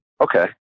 Okay